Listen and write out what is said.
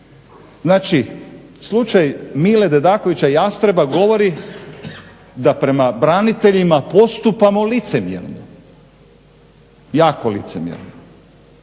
Znači, slučaj Mile Dedakovića – Jastreba govori da prema braniteljima postupamo licemjerno, jako licemjerno.